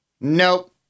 Nope